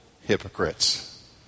hypocrites